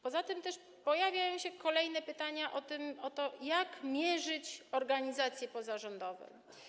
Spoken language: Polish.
Poza tym pojawiają się kolejne pytania o to, jak mierzyć organizacje pozarządowe.